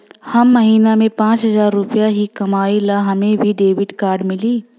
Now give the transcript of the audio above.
हम महीना में पाँच हजार रुपया ही कमाई ला हमे भी डेबिट कार्ड मिली?